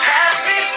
Happy